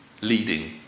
Leading